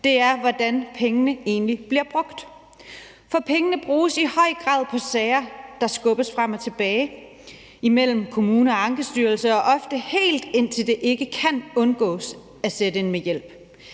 er, hvordan pengene egentlig bliver brugt. For pengene bruges i høj grad på sager, der skubbes frem og tilbage imellem kommuner og Ankestyrelsen, og ofte helt indtil det ikke kan undgås at sætte ind med hjælp.